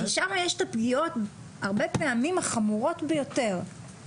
כי שם יש את הפגיעות הרבה פעמים החמורות שביותר,